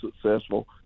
successful